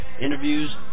interviews